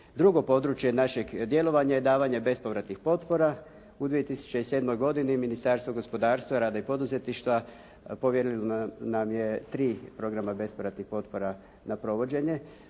Drugo područje našeg djelovanja je davanje bespovratnih potpora u 2007. godini Ministarstvo gospodarstva, rada i poduzetništva povjerilo nam je tri programa bespovratnih potpora na provođenje.